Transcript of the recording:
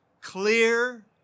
Clear